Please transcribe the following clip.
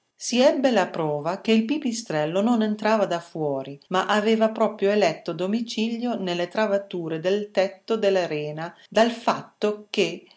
si ebbe la prova che il pipistrello non entrava da fuori ma aveva proprio eletto domicilio nelle travature del tetto dell'arena dal fatto che